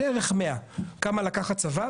בערך 100. כמה לקח הצבא?